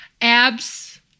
abs